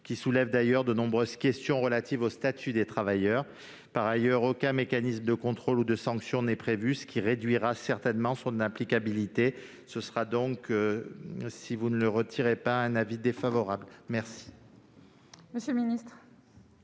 soulève d'ailleurs de nombreuses questions relatives au statut des travailleurs. Par ailleurs, aucun mécanisme de contrôle ou de sanction n'est prévu, ce qui réduirait certainement son applicabilité. La commission a donc émis un avis défavorable sur